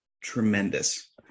tremendous